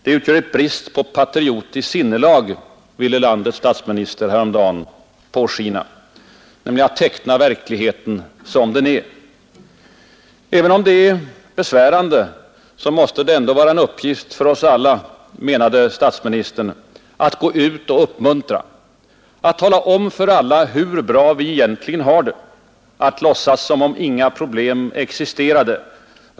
Det utgör en brist på patriotiskt sinnelag — ville landets statsminister härom dagen låta påskina — att teckna verkligheten som den är. Även om det är besvärande måste det ändå vara en uppgift för oss alla — menade statsministern — att gå ut och uppmuntra, att tala om för alla hur bra vi egentligen har det, att låtsas som om inga problem existerade.